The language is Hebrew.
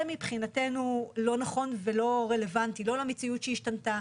זה מבחינתנו לא נכון ולא רלבנטי לא למציאות שהשתנתה,